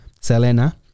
Selena